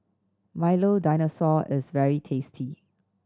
Milo Dinosaur is very tasty